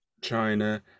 China